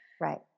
right